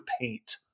paint